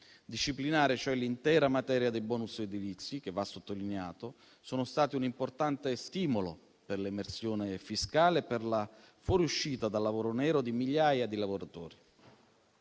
disciplinare, cioè, l'intera materia dei *bonus* edilizi, che - va sottolineato - sono stati un importante stimolo per l'emersione fiscale, per la fuoriuscita dal lavoro nero di migliaia di lavoratori.